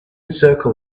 circle